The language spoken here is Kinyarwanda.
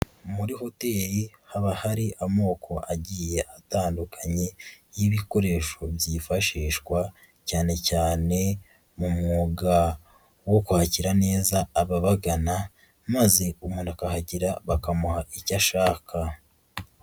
Muri hoteli haba hari amoko agiye atandukanye y'ibikoresho byifashishwa cyane cyane mu mwuga wo kwakira neza ababagana, maze umuntu yahagera bakamuha icyo ashaka.